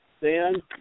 Dan